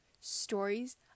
stories